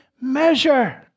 measure